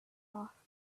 off